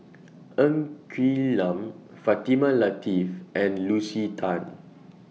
Ng Quee Lam Fatimah Lateef and Lucy Tan